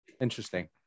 Interesting